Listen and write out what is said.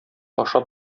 ашап